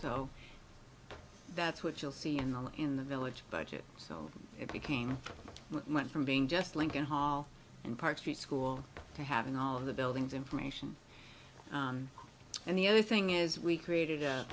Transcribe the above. oh that's what you'll see in the village budget so it became mine from being just lincoln hall and park street school to having all of the buildings information and the other thing is we created a